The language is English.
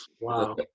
wow